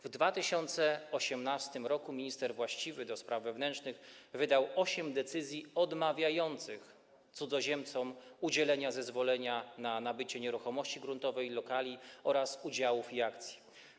W 2018 r. minister właściwy do spraw wewnętrznych wydał osiem decyzji odmawiających cudzoziemcom udzielenia zezwolenia na nabycie nieruchomości gruntowych i lokali oraz udziałów i akcji.